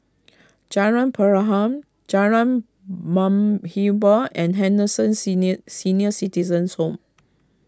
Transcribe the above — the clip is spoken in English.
Jalan Perahu Jalan Muhibbah and Henderson Senior Senior Citizens' Home